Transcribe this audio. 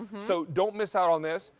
so don't miss out on this.